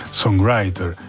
songwriter